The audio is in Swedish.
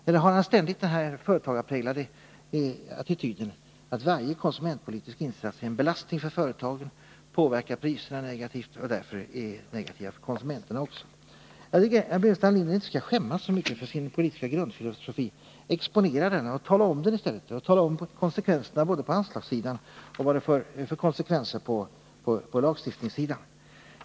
Eller har han ständigt den företagarpräglade attityden att varje konsumentpolitisk insats är en belastning för företagen, påverkar priserna negativt och därför också är negativ för konsumenterna? Jag tycker att herr Burenstam Linder inte skall skämmas för sin politiska grundfilosofi utan i stället skall exponera den och tala om vad som blir konsekvenserna av den, både på anslagssidan och på lagstiftningssidan.